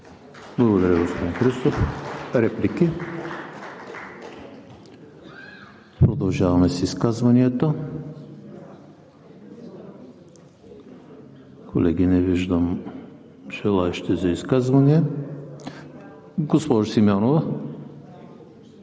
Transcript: Благодаря Ви, господин Христов. Реплики? Продължаваме с изказванията. Колеги, не виждам желаещи за изказвания. Госпожо Симеонова.